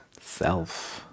Self